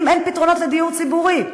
אם אין פתרונות לדיור ציבורי.